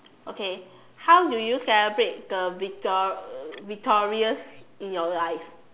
okay how do you celebrate the victor~ uh victories in your life